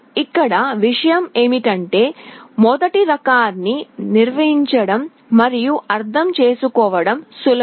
ఇక్కడ విషయం ఏమిటంటే మొదటి రకాన్ని నిర్మించడం మరియు అర్థం చేసుకోవడం సులభం